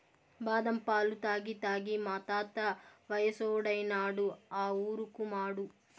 బాదం పాలు తాగి తాగి మా తాత వయసోడైనాడు ఆ ఊరుకుమాడు